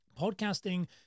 Podcasting